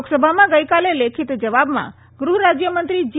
લોકસબામાં ગઇકાલે લેખિત જવાબમાં ગ્રહરાજ્યમંત્રી જી